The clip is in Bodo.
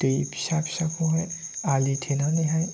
दै फिसा फिसाखौहाय आलि थेनानैहाय